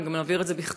וגם נעביר את זה בכתב,